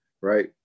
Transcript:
Right